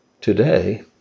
Today